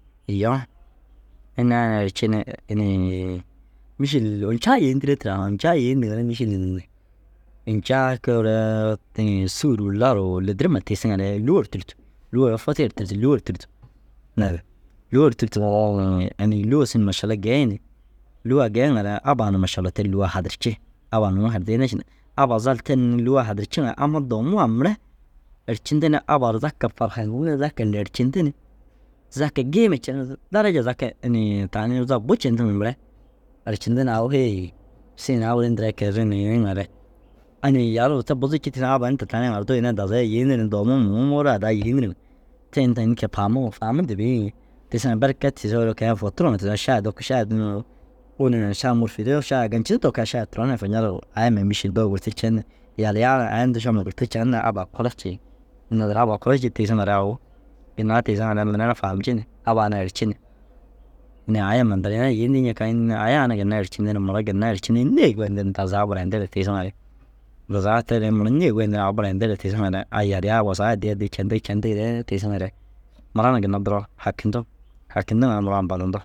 Iyoo ini ai erci ni inii mîšil ôljaa yêentire tira. Ôljaa yêendiŋare mîšil ôljaa koore inii sûruu laruu lidirima tiisiŋare lûwo ru tûrtu. Lûwore footiye ru tûrtu. Lûwo ru tûrtu naazire. Lûwo ru tûrtu inii lûwo siin mašalla geeyi ni lûwaa geeyiŋare abbaa na mašalla ter lûwaa hadirci. Abbaa nuu hardiine ši ni, abbaa zal ter ni lûwaa hadirciŋa amma dowumuu waa mire ercinti ni abbaa ru zaka fahacintuu zaka lercinti ni zaka geema centi ni daraja zaga inii tanii zaga bu centiŋa mire ercinti ni au hêyi siin awurii ndi e kee ri ni inii ŋare inii yaluu te buzu cii tiisiŋare abba inta ye tanee ŋarduu ini ai dazaga ru yêenir ni dowumuu muummi muure raa daa yêenir ŋa te inta înni kee faamume? Faamurde bêyi yinii tiisiŋare berke tiisoore ke- i futuruu ŋa tiisoore šai tok šai unnu ôwel ŋa ru šai muru fîraa šai ai ganci dokigaa šai turon ai fuñaluu aya mai mîšil dou gurti cen ni yaliyaa na aya hunduu šaima gurti cen ni abbaa kulo cii. Naazire hee abbaa kulo cii tiisiŋare au ginna tiisiŋare mire na faamci ni abbaa na erci ni ini aya ma nta ru ina ara yêentii ncikaa înne? Ayaa na ginna ercindi ni mura ginna ercindi nêe goyindu ni dazaga burayindigire tiisiŋare dazagaa tee re mura nêe goyindi ni au burayindigire tiisiŋare ai yaliyaa wusaa adddii addii cendii cendiiree tiisiŋare mura na ginna duro hakintu. Hakindiŋare nuu ampadintu.